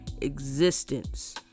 existence